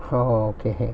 !huh! oh okay